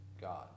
God